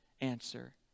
answer